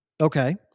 Okay